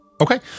Okay